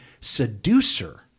seducer